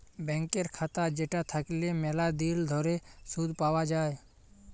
ব্যাংকের খাতা যেটা থাকল্যে ম্যালা দিল ধরে শুধ পাওয়া যায়